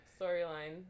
storyline